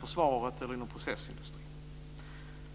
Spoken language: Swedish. försvaret eller processindustrin.